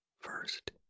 First